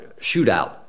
shootout